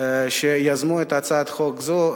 שיזמו את הצעת חוק זו.